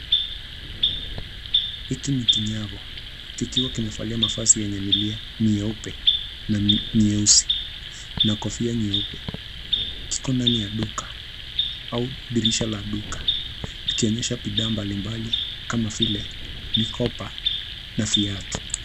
Hiki ni kinyago, kikiwa kimevalia mavazi yenye milia meupe na nyeusi na kofia nyeupe. Kiko ndani ya duka au dirisha la duka, kikionyesha bidhaa mbalimbali kama vile, mikoba na viatu.